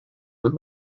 will